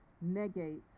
negates